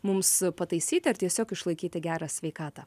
mums pataisyti ar tiesiog išlaikyti gerą sveikatą